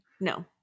No